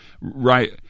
Right